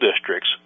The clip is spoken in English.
districts